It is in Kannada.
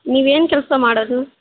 ನೀವೇನು ಕೆಲಸ ಮಾಡೋದು